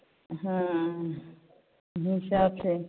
हाँ हिसाब से